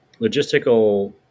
logistical